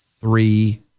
three